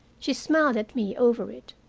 she smiled at me over it.